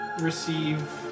Receive